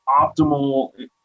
optimal